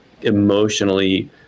emotionally